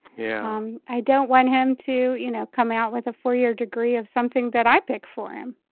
yeah. um i don't want him to, you know, come out with a four year degree of something that i pick for him